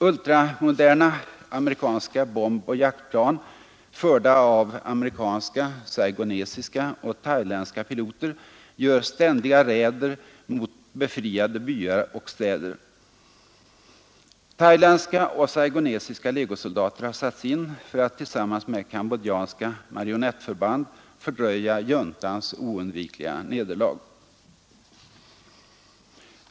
Ultramoderna amerikanska bomboch jaktplan, förda av amerikanska, saigonesiska och thailändska piloter, gör ständiga räder mot befriade byar och städer. Thailändska och saigonesiska legosoldater har satts in för att tillsammans med kambodjanska marionettförband fördröja juntans oundvikliga nederlag.